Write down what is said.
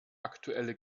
aktuelle